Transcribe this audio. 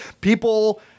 people